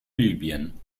libyen